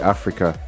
Africa